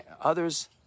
others